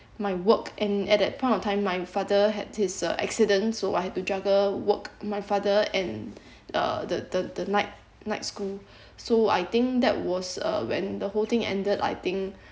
my work and at that point of time my father had his uh accident so I had to juggle work my father and uh the the the night night school so I think that was uh when the whole thing ended I think